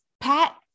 Pat